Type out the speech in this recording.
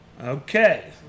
Okay